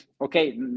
okay